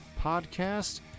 podcast